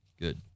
Good